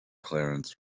clarence